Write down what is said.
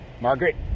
Margaret